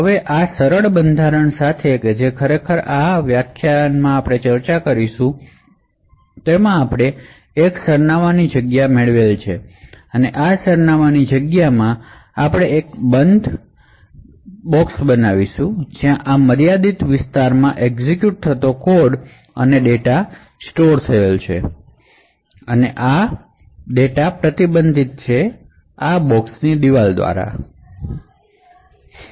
હવે આ ઝીણવટ પૂર્વક ની કોનફીનમેંટ જે આ વ્યાખ્યાનમાં આપણે ચર્ચા કરીશું તેમાં આપણે એક એડ્રૈસ સ્પેસ મેડવીશું તે છે અને આ એડ્રૈસ સ્પેસમાં આપણે એક બંધ કંપાર્ટ્મેંટ બનાવીશું જ્યાં આ મર્યાદિત વિસ્તારમાં આ કંપાર્ટ્મેંટ ની દિવાલો દ્વારા એક્ઝિક્યુટ થતો કોડ અને ડેટા પ્રતિબંધિત છે